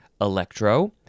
Electro